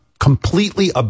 completely